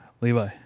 levi